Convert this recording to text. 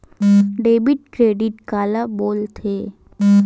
Debit credit काला बोल थे?